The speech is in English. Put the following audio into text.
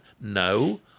No